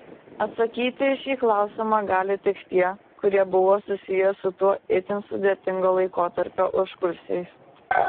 atsakyti į šį klausimą gali tik tie kurie buvo susiję su to itin sudėtingo laikotarpio užkulisiais